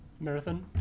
Marathon